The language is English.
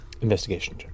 Investigation